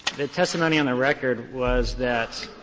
the testimony on the record was that